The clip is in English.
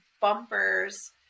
bumpers